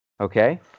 okay